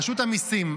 רשות המיסים,